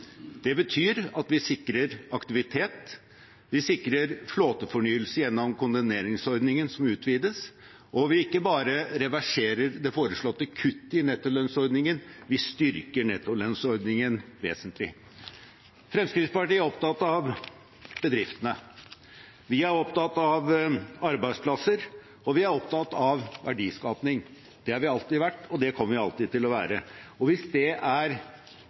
Det betyr at vi sikrer aktivitet, at vi sikrer flåtefornyelse gjennom kondemneringsordningen, som utvides, og at vi ikke bare reverserer det foreslåtte kuttet i nettolønnsordningen; vi styrker nettolønnsordningen vesentlig. Fremskrittspartiet er opptatt av bedriftene, vi er opptatt av arbeidsplasser, og vi er opptatt av verdiskaping. Det har vi alltid vært, og det kommer vi alltid til å være. Hvis det er,